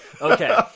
Okay